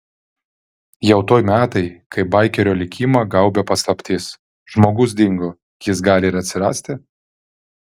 jau tuoj metai kai baikerio likimą gaubia paslaptis žmogus dingo jis gali ir atsirasti